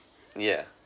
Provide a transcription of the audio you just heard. yeah